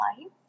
life